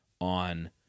on